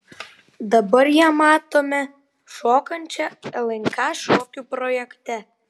dabar ją matome šokančią lnk šokių projekte